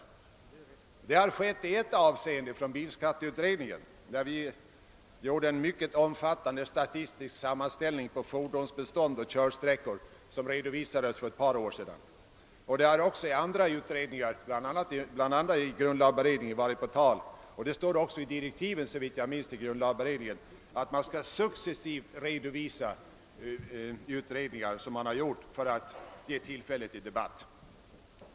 Detta har skett ibland; i bilskatteutredningen exempelvis gjorde vi en mycket omfattande statistisk sammanställning beträffande fordonsbestånd, fordonsvikter m.m. och körsträckor, vilken redovisades för ett par år sedan. Detta förfarande har även varit på tal inom andra utredningar, bl.a. i grundlagberedningen. Det står också, såvitt jag minns, i direktiven för grundlagberedningen, att denna successivt skall redovisa utredningar som görs för att därmed ge tillfälle till debatt.